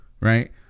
right